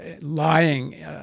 lying